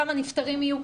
כמה נפטרים יהיה,